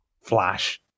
Flash